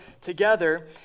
together